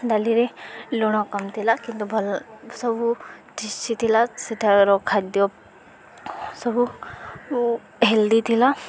ଡାଲିରେ ଲୁଣ କମ୍ ଥିଲା କିନ୍ତୁ ଭଲ ସବୁ ଟେଷ୍ଟି ଥିଲା ସେଠାର ଖାଦ୍ୟ ସବୁ ହେଲ୍ଦି ଥିଲା